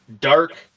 dark